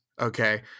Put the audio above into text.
okay